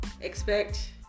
expect